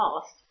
past